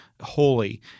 holy